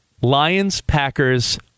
Lions-Packers